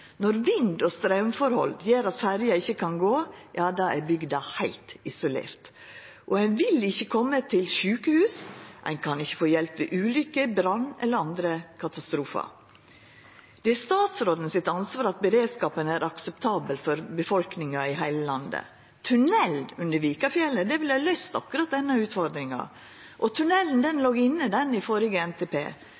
Når vind- og straumforhold gjer at ferja ikkje kan gå, då er bygda heilt isolert – ein vil ikkje koma seg til sjukehus, ein kan ikkje få hjelp ved ulykker, brann eller andre katastrofar. Det er statsråden sitt ansvar at beredskapen er akseptabel for befolkninga i heile landet. Tunnel under Vikafjellet ville ha løyst akkurat denne utfordringa, og